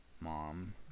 mom